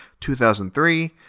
2003